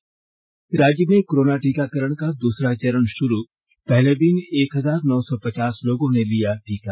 न् राज्य में कोरोना टीकाकरण का दूसरा चरण शुरू पहले दिन एक हजार नौ सौ पचास लोगों ने लिया टीका